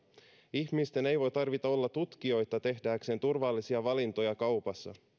ihmisten ei tarvitse olla tutkijoita tehdäkseen turvallisia valintoja kaupassa